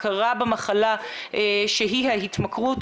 הכרה במחלה שהיא ההתמכרות,